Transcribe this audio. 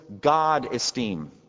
God-esteem